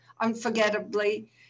unforgettably